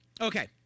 Okay